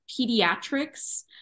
pediatrics